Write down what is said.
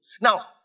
Now